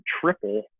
triple